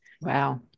wow